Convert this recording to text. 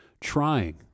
trying